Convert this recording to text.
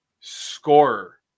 scorer